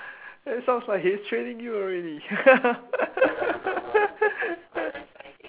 sounds like he is training you already